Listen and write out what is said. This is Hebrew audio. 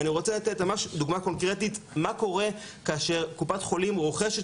ואני רוצה ממש לתת דוגמה קונקרטית למה קורה כאשר קופת חולים רוכשת